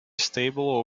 stable